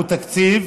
הוא תקציב